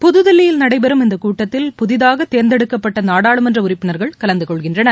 புத்தில்லியில் நடைபெறும் இந்தக் கூட்டத்தில் புதிதாக தேர்ந்தெடுக்கப்பட்ட நாடாளுமன்ற உறுப்பினர்கள் கலந்து கொள்கின்றனர்